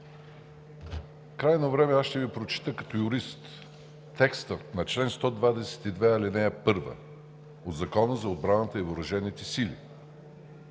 крайно време е, аз ще Ви прочета като юрист текста на чл. 122, ал.1 от Закона за отбраната и въоръжените сили: